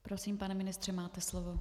Prosím, pane ministře, máte slovo.